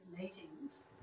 meetings